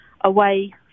away